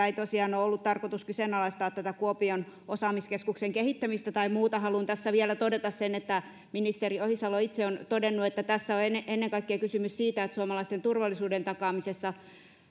ei tosiaan ole ollut tarkoitus kyseenalaistaa tätä kuopion osaamiskeskuksen kehittämistä tai muuta haluan tässä vielä todeta että ministeri ohisalo itse on todennut että tässä on kysymys ennen kaikkea siitä että suomalaisten turvallisuuden takaamisessa